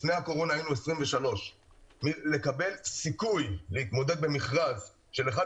לפני הקורונה היינו 23. לקבל סיכוי להתמודד במכרז של אחת